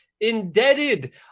indebted